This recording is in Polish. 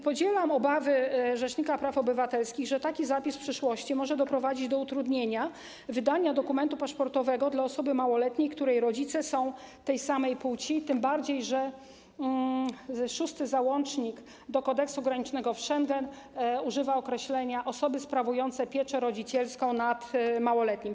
Podzielam obawy rzecznika praw obywatelskich, że taki zapis w przyszłości może doprowadzić do utrudnienia wydania dokumentu paszportowego dla osoby małoletniej, której rodzice są tej samej płci, tym bardziej że w VI załączniku do kodeksu granicznego Schengen używa się określenia: osoby sprawujące pieczę rodzicielską nad małoletnim.